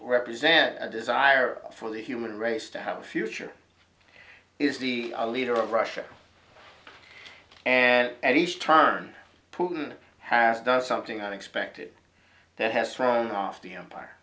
represent a desire for the human race to have a future is the leader of russia and at each turn putin has done something unexpected that has thrown off the empire